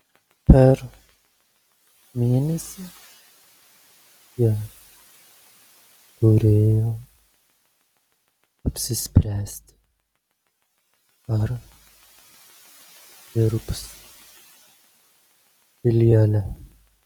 per mėnesį jie turėjo apsispręsti ar dirbs filiale